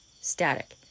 static